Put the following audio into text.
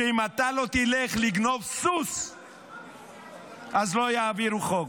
שאם אתה לא תלך לגנוב סוס אז לא יעבירו חוק,